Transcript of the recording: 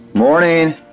Morning